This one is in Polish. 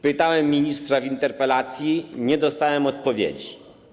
Pytałem ministra w interpelacji, nie dostałem odpowiedzi.